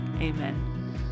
Amen